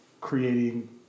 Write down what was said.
creating